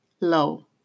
low